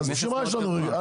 אז בשביל מה יש לנו רגולטור?